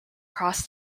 cross